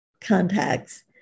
contacts